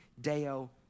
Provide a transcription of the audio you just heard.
Deo